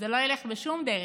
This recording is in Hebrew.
זה לא ילך בשום דרך.